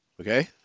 Okay